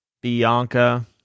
Bianca